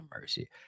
mercy